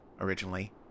originally